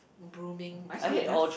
brooming my goodness